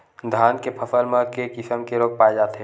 धान के फसल म के किसम के रोग पाय जाथे?